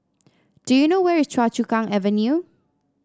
do you know where is Choa Chu Kang Avenue